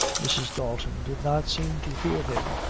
mrs. dalton did not seem to hear him,